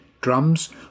drums